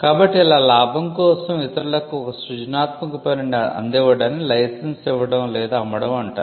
కాబట్టి ఇలా లాభం కోసం ఇతరులకు ఒక సృజనాత్మక పనిని అందివ్వడాన్ని లైసెన్స్ ఇవ్వడం లేదా అమ్మడం అంటారు